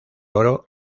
oro